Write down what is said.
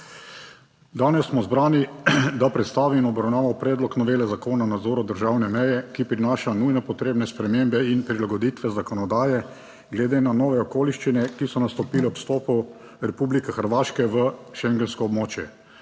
Danes smo zbrani, da predstavimo in obravnavo predlog novele Zakona o nadzoru državne meje, ki prinaša nujno potrebne spremembe in prilagoditve zakonodaje glede na nove okoliščine, ki so nastopile ob vstopu Republike Hrvaške v schengensko območje.